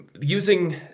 using